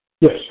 Yes